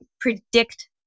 predict